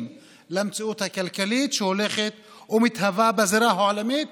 למציאות הכלכלית שהולכת ומתהווה בזירה העולמית